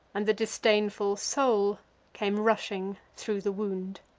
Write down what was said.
and the disdainful soul came rushing thro' the wound.